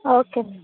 okay madam